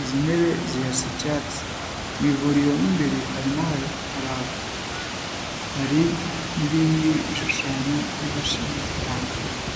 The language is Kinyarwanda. izi ntebe zirasa icyatsi, mu ivuriro mo imbere harimo haraka, hari n'ibindi bishushanyo n'imashini zitandukanye.